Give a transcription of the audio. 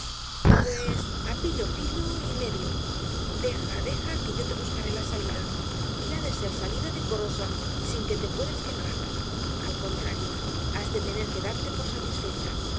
pues á pillo pillo y medio deja deja que yo te buscaré la salida y ha de ser salida decorosa sin que te puedas quejar al contrario has de tener que darte por satisfecha